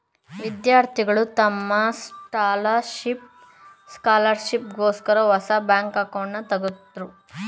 ವಿದ್ಯಾರ್ಥಿಗಳು ತಮ್ಮ ಸ್ಕಾಲರ್ಶಿಪ್ ಗೋಸ್ಕರ ಹೊಸ ಬ್ಯಾಂಕ್ ಅಕೌಂಟ್ನನ ತಗದ್ರು